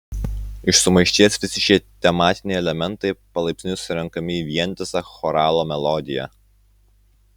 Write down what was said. iš sumaišties visi šie tematiniai elementai palaipsniui surenkami į vientisą choralo melodiją